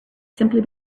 simply